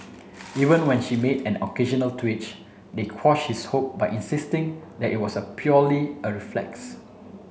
even when she made an occasional twitch they quash his hope by insisting that it was a purely a reflex